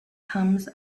comes